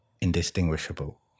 indistinguishable